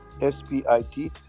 S-P-I-T